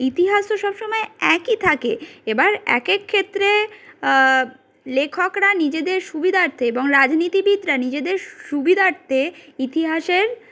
ইতিহাস তো সব সময় একই থাকে এ বার এক এক ক্ষেত্রে লেখকরা নিজেদের সুবিধার্থে এবং রাজনীতিবিদরা নিজেদের সুবিধার্থে ইতিহাসের